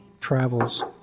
travels